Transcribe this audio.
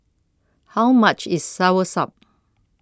How much IS Soursop